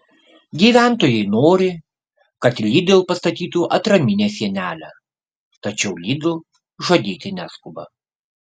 gyventojai nori kad lidl pastatytų atraminę sienelę tačiau lidl žadėti neskuba